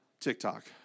TikTok